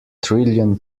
trillion